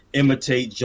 imitate